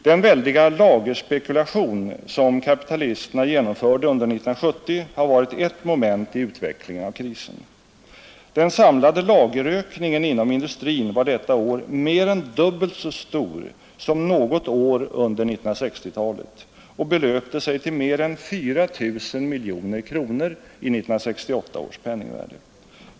Den väldiga lagerspekulation som kapitalisterna genomförde under 1970 har varit ett moment i utvecklingen av krisen. Den samlade lagerökningen inom industrin var detta år mer än dubbelt så stor som något år under 1960-talet och belöpte sig till mer än 4 000 miljoner kronor i 1968 års penningvärde.